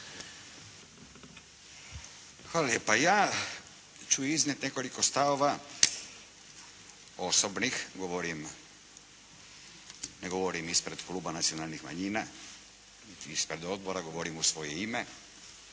Hvala lijepa. Ja ću iznijeti nekoliko stavova osobnih. Ne govorim ispred kluba nacionalnih manjina niti ispred odbora, govorim u svoje ime.